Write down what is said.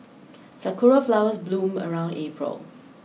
sakura flowers bloom around April